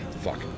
Fuck